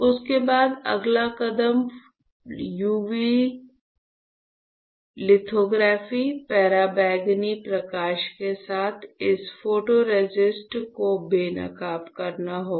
उसके बाद अगला कदम यूवी लिथोग्राफी पराबैंगनी प्रकाश के साथ इस फोटोरेसिस्ट को बेनकाब करना होगा